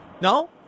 No